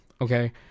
okay